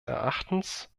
erachtens